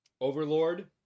Overlord